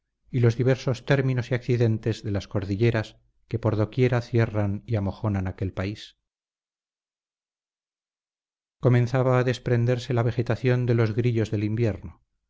y los diversos términos y accidentes de las cordilleras que por dondequiera cierran y amojonan aquel país comenzaba a desprenderse la vegetación de los grillos del invierno